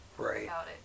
right